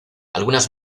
algunas